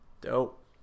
Dope